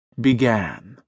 began